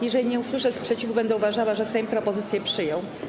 Jeżeli nie usłyszę sprzeciwu, będę uważała, że Sejm propozycje przyjął.